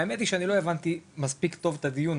האמת היא שאני לא הבנתי מספיק טוב את הדיון,